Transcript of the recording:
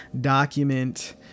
document